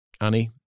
Annie